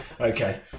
Okay